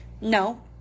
No